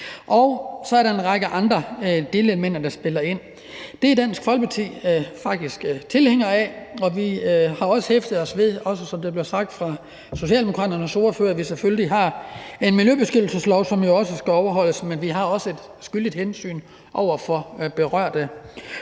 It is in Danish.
Og så er der en række andre delelementer, der spiller ind. Det er Dansk Folkeparti faktisk tilhængere af, og vi har også hæftet os ved, som det også blev sagt af Socialdemokraternes ordfører, at vi selvfølgelig har en miljøbeskyttelseslov, som jo også skal overholdes, men vi har også et skyldigt hensyn at tage til berørte